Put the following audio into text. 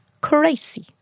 crazy